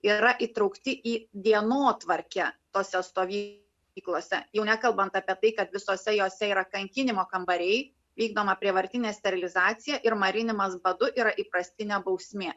yra įtraukti į dienotvarkę tose stovyklose jau nekalbant apie tai kad visose jose yra kankinimo kambariai vykdoma prievartinė sterilizacija ir marinimas badu yra įprastinė bausmė